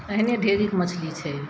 अहिने ढेरिक मछली छै